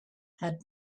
had